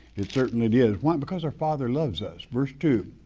it certainly it is, why? because our father loves us. verse two,